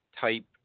type